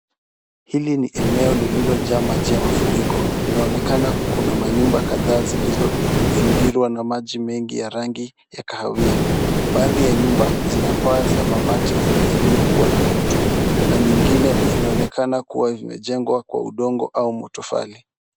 Hili ni eneo lililojaa maji ya mafuriko. Inaonekana kuna manyumba kadhaa zilizo zingirwa na maji mengi ya rangi ya kahawia. Baadhi ya nyumba zina paa za mabati yaliyokuwa na kutu na nyingine inaonekana kuwa imejengwa kwa udongo au matofali.